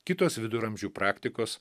kitos viduramžių praktikos